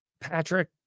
Patrick